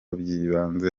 by’ibanze